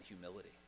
humility